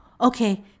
okay